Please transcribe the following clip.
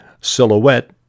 Silhouette